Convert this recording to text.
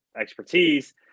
expertise